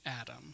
Adam